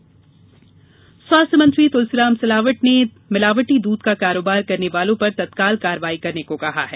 मिलावटी दूध स्वास्थ्य मंत्री तुलसीराम सिलावट ने मिलावटी दूध का कारोबार करने वालों पर तत्काल कार्रवाई करने को कहा है